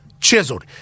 chiseled